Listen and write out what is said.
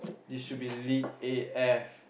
this should be lit A_F